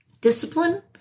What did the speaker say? Discipline